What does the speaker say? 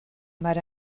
mar